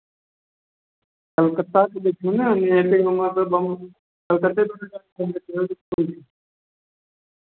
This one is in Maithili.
कलकत्ताके देखियौ ने नहि हेतै हमरा तऽ बम कलकत्ते